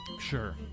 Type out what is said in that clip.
Sure